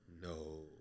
No